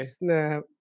snap